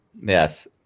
Yes